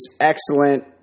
Excellent